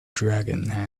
dragon